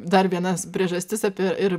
dar vienas priežastis apie ir